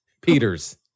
Peters